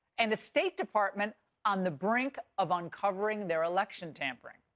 and a state department on the brink of uncovering their election tampering.